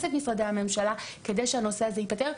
את משרדי הממשלה כדי שהנושא הזה ייפתר,